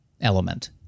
element